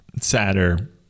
sadder